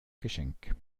geschenk